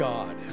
God